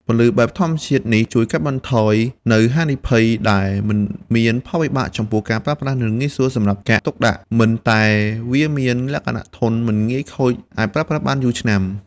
រីឯការវិវត្តន៍នៃបច្ចេកវិទ្យា LED បានបង្ហាញពីលទ្ធភាពថ្មីសម្រាប់ការរចនាភ្លើងប្រកបដោយភាពច្នៃប្រឌិតនៅក្នុងផលិតកម្មល្ខោនស្រមោលរបស់ខ្មែរ។